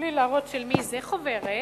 מבלי להראות של מי זה, חוברת